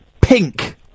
Pink